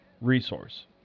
resource